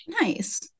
Nice